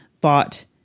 bought